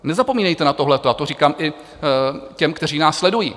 Nezapomínejte na tohleto, a to říkám i těm, kteří nás sledují.